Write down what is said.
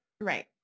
right